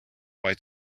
white